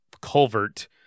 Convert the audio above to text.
culvert